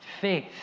faith